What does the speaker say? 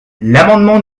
l’amendement